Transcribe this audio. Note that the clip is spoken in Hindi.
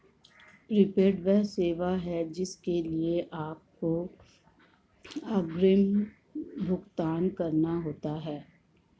प्रीपेड वह सेवा है जिसके लिए आपको अग्रिम भुगतान करना होता है